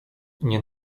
nie